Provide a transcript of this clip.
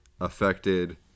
affected